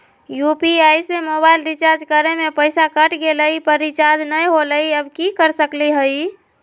UPI से mobile recharge करे में पैसा कट गेलई, पर रिचार्ज नई होलई, अब की कर सकली हई?